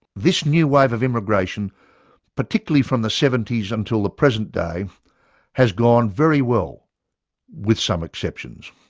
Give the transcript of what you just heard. this new wave of immigration particularly from the seventy s until the present day has gone very well with some exceptions.